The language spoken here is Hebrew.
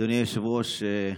אדוני היושב-ראש,